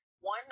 One